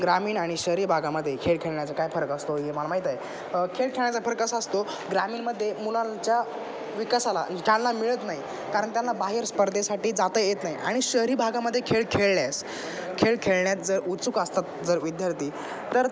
ग्रामीण आणि शहरी भागामध्ये खेळ खेळण्याचा काय फरक असतो हे मला माहीत आहे खेळ खेळण्याचा फरक कसा असतो ग्रामीणमध्ये मुलांच्या विकासाला चालना मिळत नाही कारण त्यांना बाहेर स्पर्धेसाठी जात येत नाही आणि शहरी भागामध्येे खेळ खेळण्यास खेळ खेळण्यात जर उत्सुक असतात जर विद्यार्थी तर